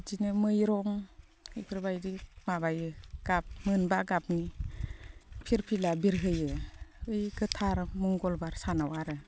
बिदिनो मै रं बेफोरबायदि माबायो गाब मोनबा गाबनि फिरफिला बिरहोयो बै गोथार मंगलबार सानाव आरो